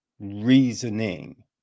Reasoning